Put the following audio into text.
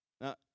Now